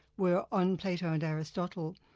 were on plato and aristotle.